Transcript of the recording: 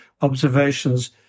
observations